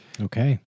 Okay